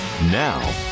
Now